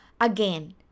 again